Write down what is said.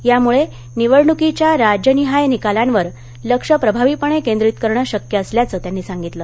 त्यामुळे निवडणुकीच्या राज्यनिहाय निकालांवर लक्ष प्रभावीपणे केंद्रित करणं शक्य असल्याचं त्यांनी सांगितलं